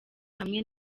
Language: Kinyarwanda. hamwe